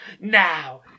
Now